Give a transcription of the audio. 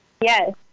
Yes